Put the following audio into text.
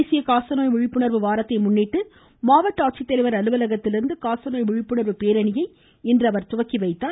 தேசிய காசநோய் விழிப்புணர்வு வாரத்தை முன்னிட்டு மாவட்ட ஆட்சித்தலைவர் அலுவலகத்திலிருந்து காசநோய் விழிப்புணர்வு பேரணியை அவர் இன்று தொடங்கிவைத்தார்